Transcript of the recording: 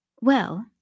Well